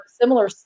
similar